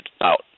out